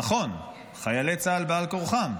נכון, חיילי צה"ל בעל כורחם,